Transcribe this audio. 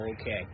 Okay